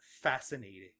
fascinating